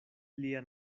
lia